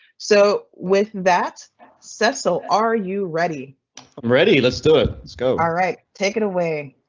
so with that sessile, are you ready? i'm ready, let's do it. let's go alright. take it away